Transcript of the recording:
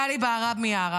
גלי בהרב מיארה.